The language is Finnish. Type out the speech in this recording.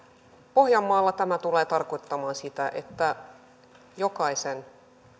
pohjanmaalla tämä tulee tarkoittamaan sitä että jokaisen